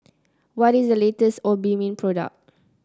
what is the latest Obimin product